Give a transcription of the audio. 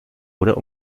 oder